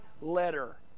letter